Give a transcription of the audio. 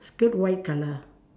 skirt white colour